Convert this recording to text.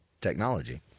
technology